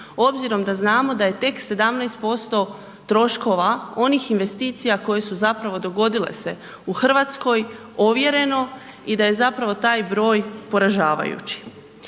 obzirom da znamo da je tek 17% troškova onih investicija koje su zapravo dogodile se u RH ovjereno i da je zapravo taj broj poražavajući.